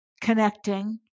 connecting